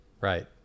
Right